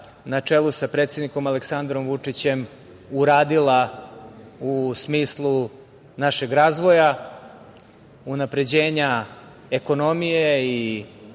na čelu sa predsednikom Aleksandrom Vučićem, uradila u smislu našeg razvoja, unapređenja ekonomije i